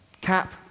CAP